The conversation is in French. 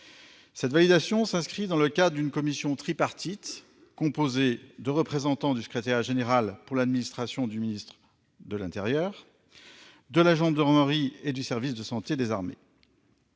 Cette validation s'inscrit dans le cadre d'une commission tripartite composée de représentants du secrétariat général pour l'administration du ministère de l'intérieur, de la gendarmerie et du service de santé des armées,